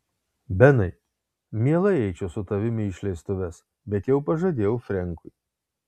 benai mielai eičiau su tavimi į išleistuves bet jau pažadėjau frenkui